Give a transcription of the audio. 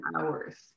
hours